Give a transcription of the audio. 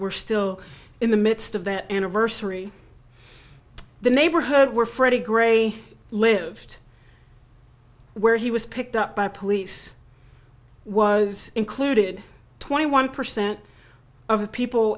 we're still in the midst of that anniversary the neighborhood where freddy gray lived where he was picked up by police was included twenty one percent of the people